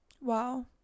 Wow